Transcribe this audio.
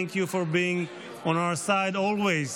you for being on our side always.